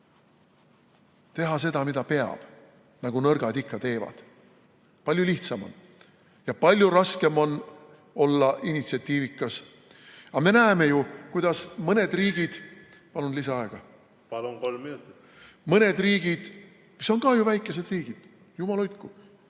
Teha seda, mida peab, nagu nõrgad ikka teevad. Palju lihtsam on. Ja palju raskem on olla initsiatiivikas. Aga me näeme ju, kuidas mõned riigid ... Palun lisaaega! Palun, kolm minutit! ... mis on ka ju väikesed riigid – jumal